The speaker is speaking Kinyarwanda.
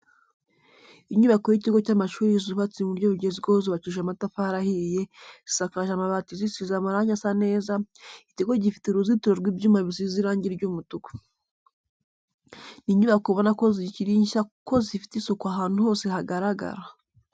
Inyubako y'ikigo cy'amashuri zubatse mu buryo bugezweho zubakishije amatafari ahiye, zisakaje amabati zisize amarange asa neza, ikigo gifite uruzitiro rw'ibyuma bisize irangi ry'umutuku. Ni inyubako ubona ko zikiri nshya kuko zifite isuku ahantu hose hagaragara.